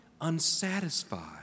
unsatisfied